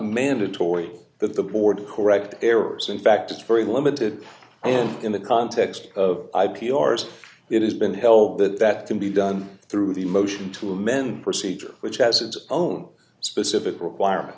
mandatory that the board correct errors in fact it's very limited and in the context of i p r as it has been held that that can be done through the motion to amend procedure which has its own specific requirement